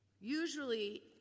Usually